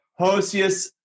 Hosius